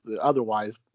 otherwise